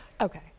Okay